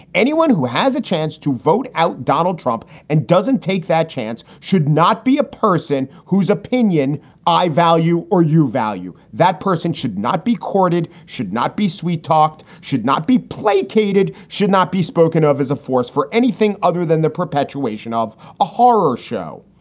anyone who has a chance to vote out donald trump and doesn't take that chance should not be a person whose opinion i value or you value that person, should not be courted, should not be sweet talked, should not be placated, should not be spoken of as a force for anything other than the perpetuation of a horror show.